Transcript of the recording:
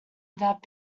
that